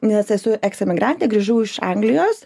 nes esu eks emigrantė grįžau iš anglijos